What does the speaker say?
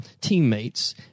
teammates